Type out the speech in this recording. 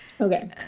Okay